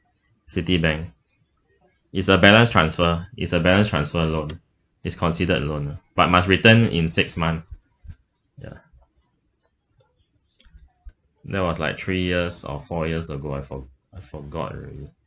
citibank it's a balance transfer its a balance transfer loan it's considered a loan lah but must return in six months ya that was like three years or four years ago I for~ forgot already